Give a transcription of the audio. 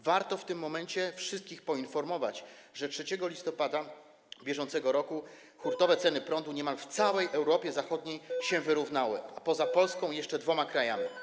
Warto w tym momencie wszystkich poinformować, że 3 listopada br. hurtowe ceny prądu niemal w całej Europie Zachodniej się wyrównały, poza Polską i jeszcze dwoma krajami.